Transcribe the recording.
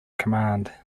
command